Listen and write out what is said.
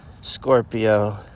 Scorpio